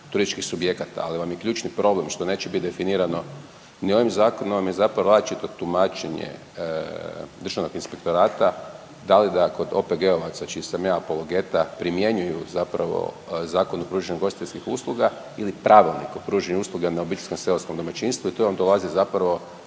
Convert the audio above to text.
između subjekata ali vam je ključni problem što neće biti definirano ni ovim zakon vam je zapravo različito tumačenje državnog inspektorata, da li kod OPG-ovaca čiji sam ja apologeta primjenjuju zapravo Zakon o pružanju ugostiteljskih usluga ili Pravilnik o pružanju usluga na obiteljskom seoskom domaćinstvu i tu vam dolazi zapravo